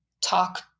talk